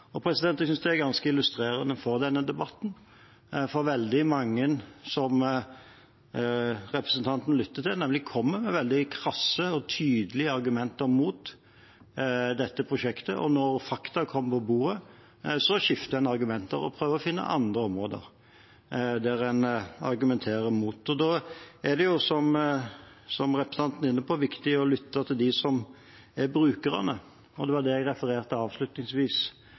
Jeg synes det er ganske illustrerende for denne debatten. Veldig mange som representanten lytter til, kommer nemlig med veldig krasse og tydelige argumenter mot dette prosjektet, og når fakta kommer på bordet, skifter en argumenter og prøver å finne andre områder der en argumenterer mot. Da er det, som representanten er inne på, viktig å lytte til dem som er brukerne. Det var det jeg refererte til avslutningsvis